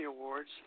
Awards